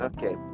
Okay